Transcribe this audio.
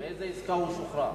באיזה עסקה הוא שוחרר?